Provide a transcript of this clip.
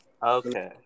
Okay